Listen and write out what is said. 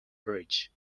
bridge